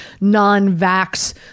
non-vax